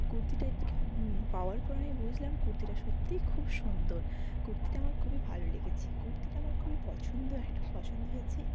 কুর্তিটা পাওয়ার পরে আমি বুঝলাম কুর্তিটা সত্যিই খুব সুন্দর কুর্তিটা আমার খুবই ভালো লেগেছে কুর্তিটা আমার খুবই পছন্দ একটা পছন্দ হয়েছে